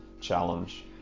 challenge